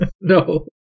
No